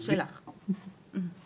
יש לך חמש דקות.